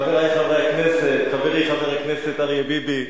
חברי חברי הכנסת, חברי חבר הכנסת אריה ביבי,